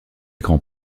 grand